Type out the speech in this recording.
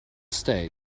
state